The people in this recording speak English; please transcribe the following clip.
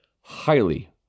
highly